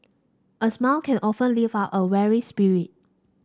a smile can often lift up a weary spirit